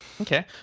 Okay